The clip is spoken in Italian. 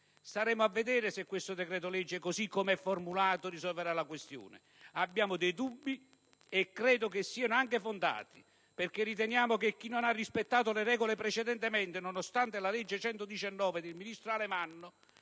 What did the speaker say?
Staremo a vedere se questo decreto-legge, così com'è formulato, risolverà la questione: abbiamo dei dubbi, e credo che siano anche fondati, perché riteniamo che chi non ha rispettato le regole precedentemente - nonostante la legge n. 119 del 2003 del ministro Alemanno,